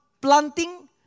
planting